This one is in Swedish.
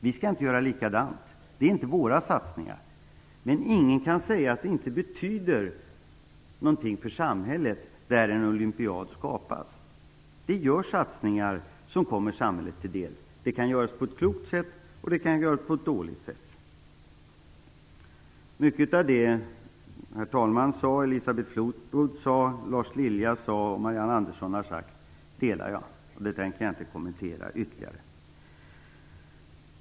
Vi skall inte göra likadant; det är inte våra satsningar. Men ingen kan säga att det inte betyder någonting för det samhälle där en olympiad skapas. Det görs satsningar som kommer samhället till del. De kan göras på ett klokt sätt, och de kan göras på ett dåligt sätt. Jag delar mycket av det som Elisabeth Fleetwood, Lars Lilja och Marianne Andersson har sagt, och jag skall inte kommentera det ytterligare.